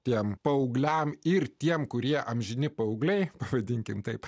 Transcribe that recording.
tiems paaugliams ir tiems kurie amžini paaugliai pavadinkime taip